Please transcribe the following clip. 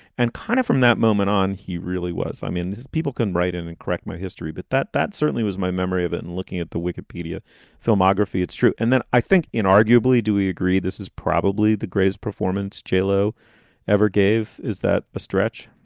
and kind of from that moment on, he really was. i mean, these people can write in and correct my history, but that that certainly was my memory of it. and looking at the wikipedia filmography, it's true. and then i think in arguably, do we agree this is probably the greatest performance jaylo ever gave? is that a stretch?